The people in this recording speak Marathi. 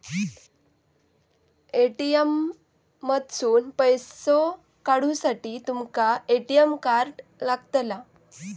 ए.टी.एम मधसून पैसो काढूसाठी तुमका ए.टी.एम कार्ड लागतला